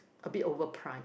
a bit overpriced